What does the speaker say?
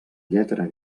lletra